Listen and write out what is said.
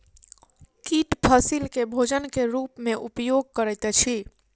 कीट फसील के भोजन के रूप में उपयोग करैत अछि